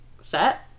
set